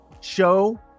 show